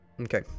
Okay